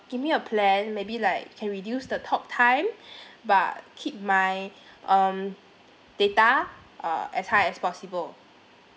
give me a plan maybe like can reduce the talk time but keep my um data uh as high as possible